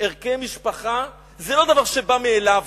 ערכי משפחה זה לא דבר שבא מאליו.